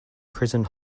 prison